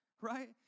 right